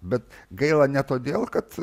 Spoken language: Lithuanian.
bet gaila ne todėl kad